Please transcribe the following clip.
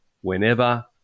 whenever